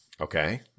Okay